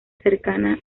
cercana